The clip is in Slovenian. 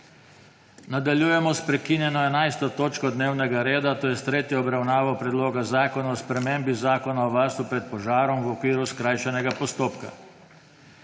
Nadaljujemo sprekinjeno 11. točko dnevnega reda, to je s tretjo obravnavo Predloga zakona o spremembi Zakona o varstvu pred požarom, skrajšani postopek.